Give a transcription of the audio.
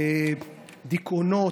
דיכאונות,